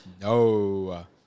No